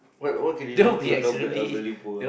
what what can you do to help the elderly poor